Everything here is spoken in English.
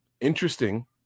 interesting